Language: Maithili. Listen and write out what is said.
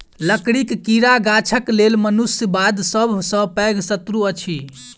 लकड़ीक कीड़ा गाछक लेल मनुष्य बाद सभ सॅ पैघ शत्रु अछि